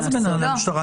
מה זה בנהלי המשטרה?